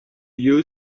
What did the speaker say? you